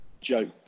joke